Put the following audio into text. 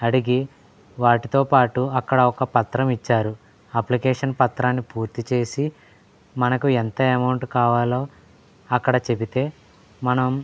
అడిగి వాటితో పాటు అక్కడ ఒక పత్రం ఇచ్చారు అప్లికేషన్ పత్రాన్ని పూర్తిచేసి మనకు ఎంత అమౌంట్ కావాలో అక్కడ చెబితే మనం